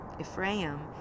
Ephraim